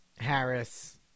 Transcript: Harris